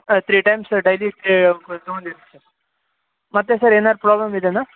ಹಾಂ three times daily ತಗೊಂಡಿರಿ ಮತ್ತೆ sir ಎನಾದರು ಪ್ರಾಬ್ಲಮ್ ಇದೇನಾ